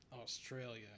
Australia